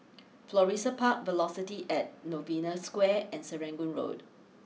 Florissa Park Velocity at Novena Square and Serangoon Road